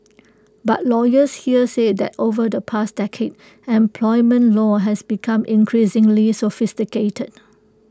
but lawyers here say that over the past decade employment law has become increasingly sophisticated